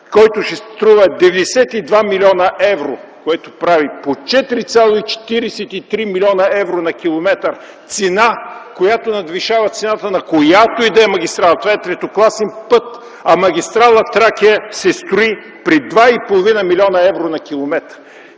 който ще струва 92 млн. евро, което прави по 4,43 млн. евро на километър цена, която надвишава цената на която и да е магистрала. Това е третокласен път, а магистрала „Тракия” се строи при 2,5 млн. евро на километър.